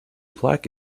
plaque